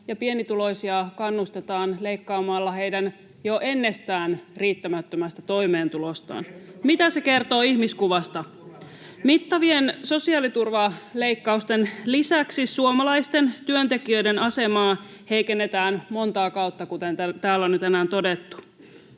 pienituloisia kannustetaan leikkaamalla heidän jo ennestään riittämättömästä toimeentulostaan? [Ben Zyskowicz: Kertokaa, miten te kannustinloukut puratte!] Mitä se kertoo ihmiskuvasta? Mittavien sosiaaliturvaleikkausten lisäksi suomalaisten työntekijöiden asemaa heikennetään montaa kautta, kuten täällä on jo tänään todettu.